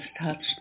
touched